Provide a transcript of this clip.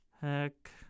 Heck